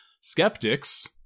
Skeptics